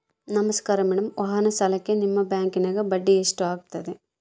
ನಮಸ್ಕಾರ ಮೇಡಂ ವಾಹನ ಸಾಲಕ್ಕೆ ನಿಮ್ಮ ಬ್ಯಾಂಕಿನ್ಯಾಗ ಬಡ್ಡಿ ಎಷ್ಟು ಆಗ್ತದ?